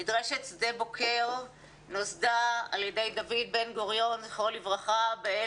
מדרשת שדה בוקר נוסדה על ידי דוד בן גוריון ז"ל ב-1963.